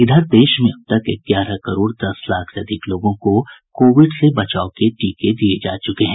इधर देश में अब तक ग्यारह करोड़ दस लाख से अधिक लोगों को कोविड से बचाव के टीके दिये जा चुके हैं